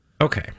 Okay